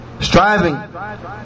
Striving